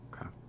Okay